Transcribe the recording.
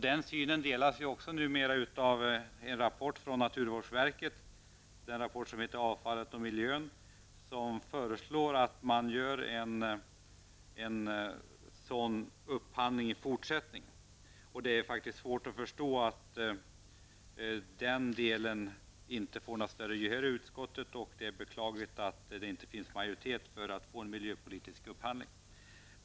Den synen delas ju numera också i en rapport från naturvårdsverket, ''Avfallet och miljön'', där man föreslår att det skall göras en sådan upphandling i fortsättningen. Det är svårt att förstå att den delen inte vunnit större gehör i utskottet. Det är beklagligt att det inte finns majoritet för en miljöpolitisk upphandling.